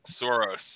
Soros